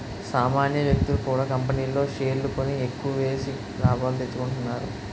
సామాన్య వ్యక్తులు కూడా కంపెనీల్లో షేర్లు కొని ఎక్కువేసి లాభాలు తెచ్చుకుంటున్నారు